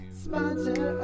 sponsor